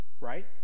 right